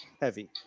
heavy